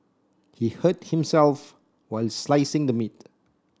he hurt himself while slicing the meat